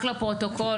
רק לפרוטוקול.